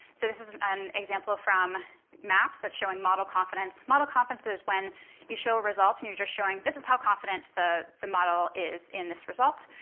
so this is an an example from maps that's showing model confidence. model confidence is when you show results, and you're just showing this is how confident the the model is in this result.